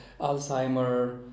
Alzheimer